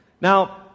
Now